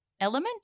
element